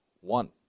one